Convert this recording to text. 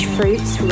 Fruits